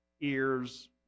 ears